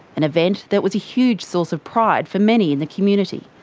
an event that was a huge source of pride for many in the community.